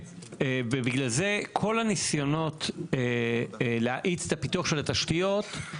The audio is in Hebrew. ובגלל זה כל הניסיונות להאיץ את הפיתוח של התשתיות,